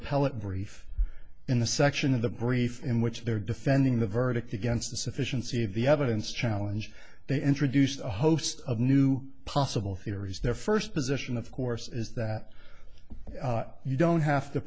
appellate brief in the section of the brief in which they're defending the verdict against the sufficiency of the evidence challenge they introduced a host of new possible theories their first position of course is that you don't have to